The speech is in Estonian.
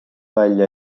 välja